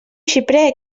xiprer